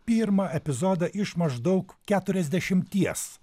pirmą epizodą iš maždaug keturiasdešimties